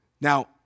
Now